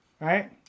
right